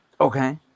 Okay